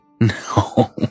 No